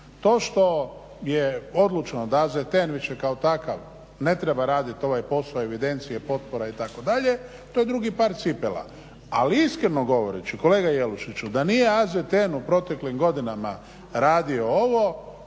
To što je odlučeno da AZTN više kao takav ne treba raditi ovaj posao evidencije potpora itd. to je drugi par cipela. Ali iskreno govoreći kolega Jelušiću, da nije AZTN u proteklim godinama radio ovo